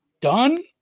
done